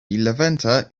levanter